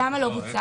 למה לא בוצע?